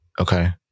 Okay